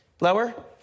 lower